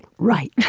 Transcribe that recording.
right.